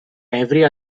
every